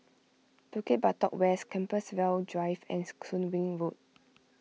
Bukit Batok West Compassvale Drive and Soon Wing Road